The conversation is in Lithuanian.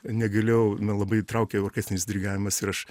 negalėjau na labai traukė orkestrinis dirigavimas ir aš